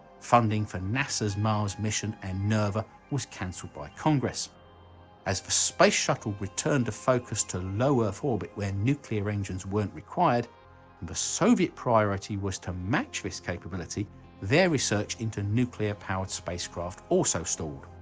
funding for nasa's mars mission and nerva was cancelled by congress as the space shuttle returned to focus to low-earth orbit where nuclear engines weren't required and the soviet priority was to match this capability their research into nuclear-powered spacecraft also stalled.